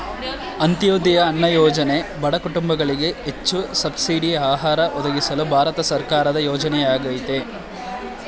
ಅಂತ್ಯೋದಯ ಅನ್ನ ಯೋಜನೆ ಬಡ ಕುಟುಂಬಗಳಿಗೆ ಹೆಚ್ಚು ಸಬ್ಸಿಡಿ ಆಹಾರ ಒದಗಿಸಲು ಭಾರತ ಸರ್ಕಾರದ ಯೋಜನೆಯಾಗಯ್ತೆ